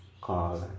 call